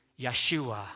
Yeshua